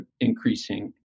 increasing